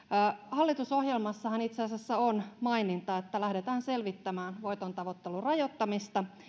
hallitusohjelmassahan itse asiassa on maininta että lähdetään selvittämään voitontavoittelun rajoittamista